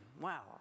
Wow